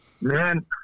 Man